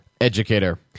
Educator